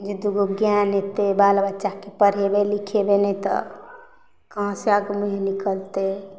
जे दूगो ज्ञान हेतै बाल बच्चाके पढ़ेबै लिखेबै नहि तऽ कहाँ से निकलतै